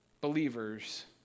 believers